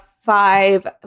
five